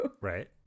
Right